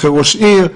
אחרי ראש עיר.